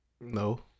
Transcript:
No